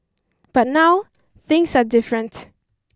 but now things are different